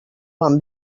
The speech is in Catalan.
van